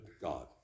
God